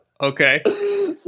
Okay